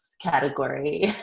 category